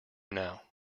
now